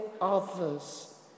others